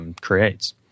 creates